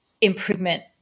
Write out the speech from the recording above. improvement